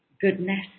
goodness